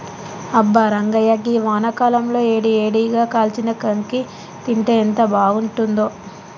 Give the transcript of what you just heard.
అబ్బా రంగాయ్య గీ వానాకాలంలో ఏడి ఏడిగా కాల్చిన కాంకి తింటే ఎంత బాగుంతుందో